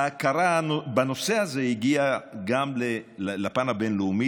ההכרה בנושא הזה הגיעה גם לפן הבין-לאומי